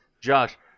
josh